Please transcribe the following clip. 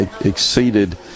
exceeded